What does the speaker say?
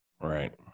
right